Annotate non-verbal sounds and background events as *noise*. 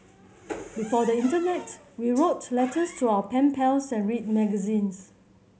*noise* before the internet we wrote letters to our pen pals and read magazines